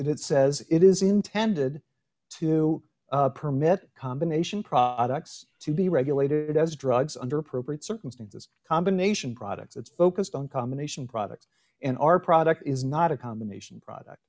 it says it is intended to permit combination products to be regulated as drugs under appropriate circumstances combination products that's focused on combination products and our product is not a combination product